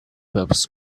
purpose